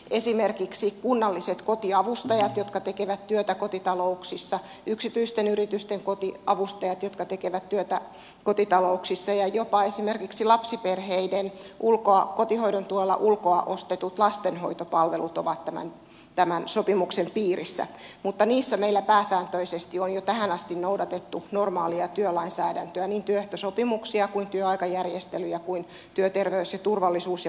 esimerkiksi kunnalliset kotiavustajat jotka tekevät työtä kotitalouksissa yksityisten yritysten kotiavustajat jotka tekevät työtä kotitalouksissa ja jopa esimerkiksi lapsiperheiden kotihoidon tuella ulkoa ostetut lastenhoitopalvelut ovat tämän sopimuksen piirissä mutta niissä meillä pääsääntöisesti on jo tähän asti noudatettu normaalia työnlainsäädäntöä niin työehtosopimuksia kuin työaikajärjestelyjä kuin työterveys ja turvallisuus ja muitakin lainsäädäntöjä